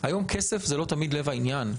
והיום הכסף הוא לא תמיד לב העניין.